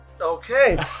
okay